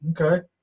Okay